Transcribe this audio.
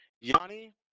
Yanni